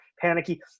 panicky